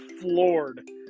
floored